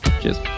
Cheers